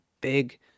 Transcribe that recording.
big